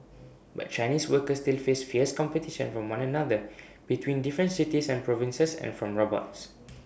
but Chinese workers still face fierce competition from one another between different cities and provinces and from robots